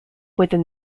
within